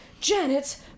Janet